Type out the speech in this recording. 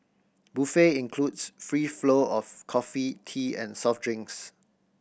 buffet includes free flow of coffee tea and soft drinks